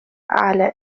على